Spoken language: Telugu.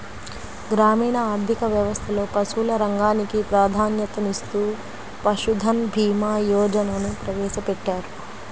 గ్రామీణ ఆర్థిక వ్యవస్థలో పశువుల రంగానికి ప్రాధాన్యతనిస్తూ పశుధన్ భీమా యోజనను ప్రవేశపెట్టారు